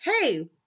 hey